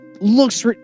looks